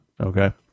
Okay